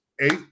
eight